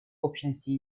общности